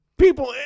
People